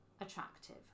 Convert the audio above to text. attractive